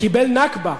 וקיבל נכבה,